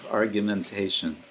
argumentation